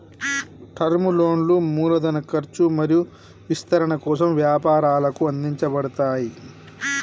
term లోన్లు మూలధన ఖర్చు మరియు విస్తరణ కోసం వ్యాపారాలకు అందించబడతయ్